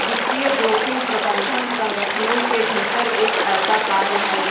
वित्तीय जोखिम प्रबंधन संगठनों के भीतर एक ऐसा कार्य है